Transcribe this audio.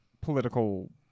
political